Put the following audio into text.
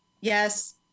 Yes